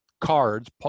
cards